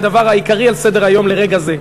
הדבר העיקרי על סדר-היום לרגע זה,